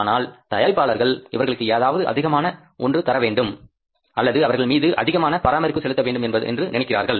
ஆனால் தயாரிப்பாளர்கள் இவர்களுக்கு ஏதாவது அதிகமான ஒன்று தரவேண்டும் அல்லது அவர்கள் மீது அதிகமான பராமரிப்பு செலுத்த வேண்டும் என்று நினைக்கிறார்கள்